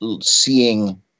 seeing